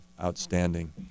outstanding